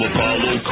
Apollo